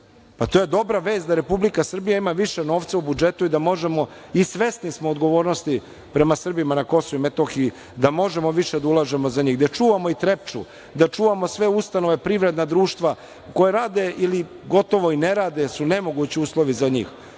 To je dobra vest da Republika Srbija ima više novca u budžetu i da možemo, i svesni smo odgovornosti prema Srbima na Kosovu i Metohiji, više da ulažemo za njih, da čuvamo i „Trepču“ da čuvamo i sve ustanove, privredna društva koja rade ili gotovo i ne rade, jer su nemogući uslovi za njih.